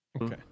Okay